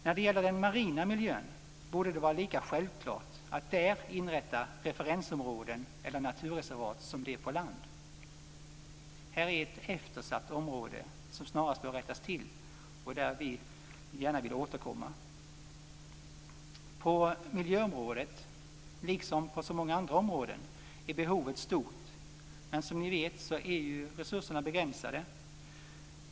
När det gäller den marina miljön borde det vara lika självklart att där inrätta referensområden eller naturreservat som det är på land. Detta område är eftersatt, vilket snarast bör rättas till, och vi vill gärna återkomma till detta. På miljöområdet, liksom på så många andra områden, är behovet stort, men som vi vet är resurserna begränsade.